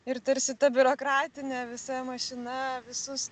ir tarsi ta biurokratinė visa mašina visus